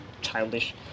childish